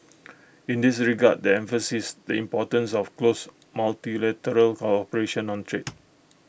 in this regard they emphasised the importance of close multilateral cooperation on trade